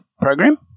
program